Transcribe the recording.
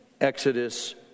Exodus